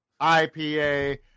IPA